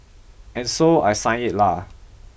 and so I signed it lah